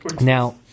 now